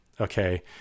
okay